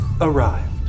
Arrived